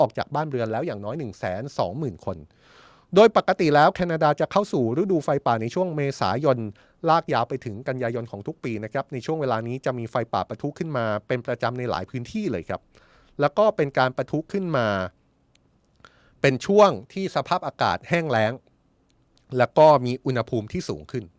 ออกจากบ้านเรือนแล้วอย่างน้อย 120,000 คน โดยปกติแล้วแคนาดาจะเข้าสู่ฤดูไฟป่าในช่วงเมษายนลากยาวไปถึงกันยายนของทุกปีนะครับ ในช่วงเวลานี้จะมีไฟป่าประทุขึ้นมาเป็นประจำในหลายพื้นที่เลยครับ แล้วก็เป็นการประทุขึ้นมาเป็นช่วงที่สภาพอากาศแห้งแล้ง และก็มีอุณหภูมิที่สูงขึ้น